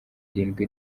irindwi